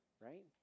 right